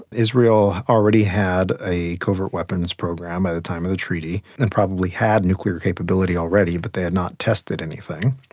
israel already had a covert weapons program by the time of the treaty and probably had nuclear capability already but they had not tested anything.